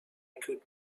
could